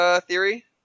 theory